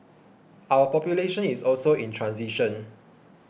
our population is also in transition